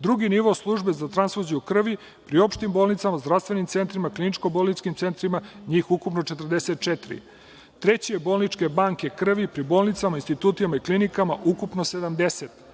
Drugi nivo su službe za tranfuziju krvi pri opštim bolnicama, zdravstvenim centrima, kliničko-bolničkim centrima i njih je ukupno 44.Treći je bolničke banke krvi pri bolnicama, institutima i klinikama i ukupno ih